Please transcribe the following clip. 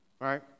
right